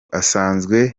asanzwe